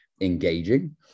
engaging